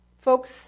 folks